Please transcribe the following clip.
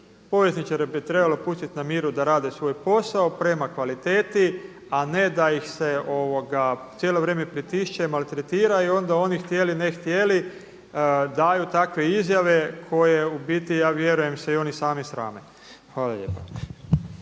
Povjesničare bi trebalo pustiti na miru da rade svoj posao prema kvaliteti, a ne da ih se cijelo vrijeme pritišće i maltretira i onda oni htjeli ne htjeli daju takve izjave koje u biti ja vjerujem se i oni sami srame. Hvala lijepa.